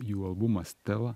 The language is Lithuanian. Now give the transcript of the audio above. jų albumą stela